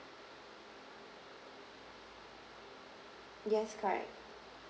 yes correct